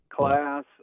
Class